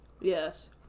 Yes